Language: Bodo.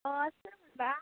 अ सोरमोनबा